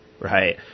right